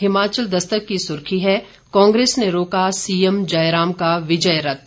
हिमाचल दस्तक की सुर्खी है कांग्रेस ने रोका सीएम जयराम का विजयरथ